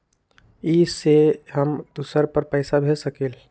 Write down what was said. इ सेऐ हम दुसर पर पैसा भेज सकील?